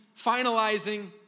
finalizing